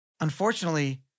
Unfortunately